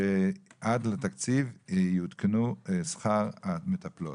שעד לתקציב יעודכן שכר המטפלות.